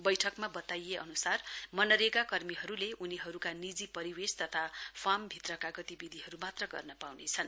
बैठकमा बताइए अनुसार मनरेगा कर्मीहरूले उनीहरूका निजी परिवेश तथा फार्म भित्रका गतिविधिहरू मात्र गर्न पाउनेछन्